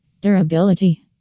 Durability